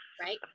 right